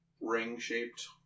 ring-shaped